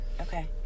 Okay